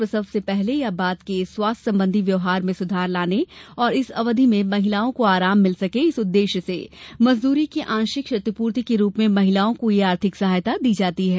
प्रसव से पहले या बाद के स्वास्थ्य संबंधी व्यवहार में सुधार लाने और इस अवधि में महिलाओं को आराम मिल सके इस उद्देश्य से मजदूरी की आंशिक क्षतिपूर्ति के रूप में महिलाओं को यह आर्थिक सहायता दी जाती है